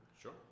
Sure